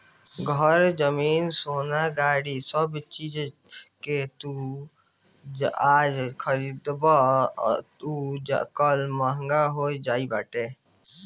घर, जमीन, सोना, गाड़ी सब चीज जवना के तू आज खरीदबअ उ कल महंग होई जात बाटे